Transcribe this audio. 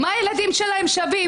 מה הילדים שלהם שווים?